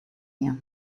mir